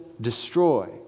destroy